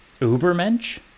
Ubermensch